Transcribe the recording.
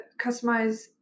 customize